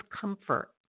comfort